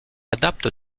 adapte